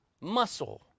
Muscle